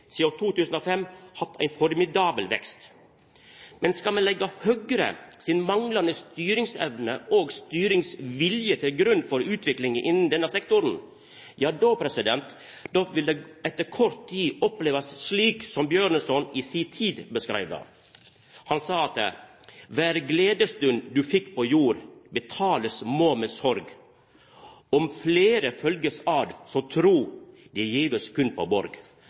sidan 2005 hatt ein formidabel vekst. Men skal me leggja Høgre sin manglande styringsevne og styringsvilje til grunn for utvikling innan denne sektoren, ja, då vil det etter kort tid opplevast slik som Bjørnson i si tid skildra det: «Hver glædesstund du fik på jord, betales må med sorg. Om flere følges ad, så tro, de gives kun på borg.»